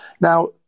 Now